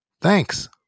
Thanks